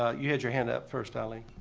ah you had your hand up first, eileen.